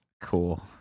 Cool